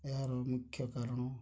ଏହାର ମୁଖ୍ୟ କାରଣ